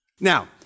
Now